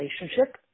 relationship